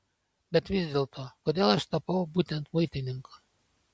bet vis dėlto kodėl aš tapau būtent muitininku